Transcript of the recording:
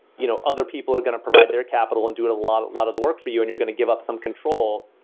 you know other people are going to provide their capital and do a lot of lot of the work for you and you're going to give up some control,